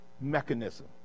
mechanism